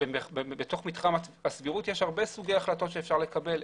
בתוך מתחם הסבירות יש הרבה סוגי החלטות שאפשר לקבל.